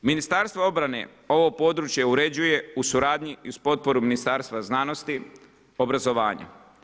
Ministarstvo obrane ovo područje uređuje u suradnji i uz potporu Ministarstva znanosti, obrazovanja.